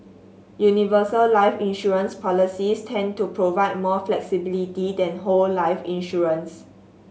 universal life insurance policies tend to provide more flexibility than whole life insurance